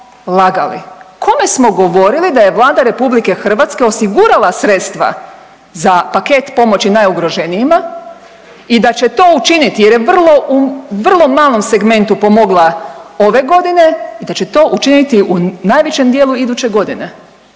lagali, kome smo govorili da je Vlada RH osigurala sredstva za paket pomoći najugroženijima i da će to učiniti jer je vrlo, u vrlo malom segmentu pomogla ove godine i da će to učiniti u najvećem dijelu iduće godine,